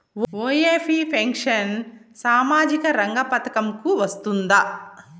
OAP pension సామాజిక రంగ పథకం కు వస్తుందా?